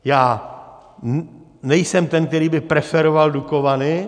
Já nejsem ten, který by preferoval Dukovany.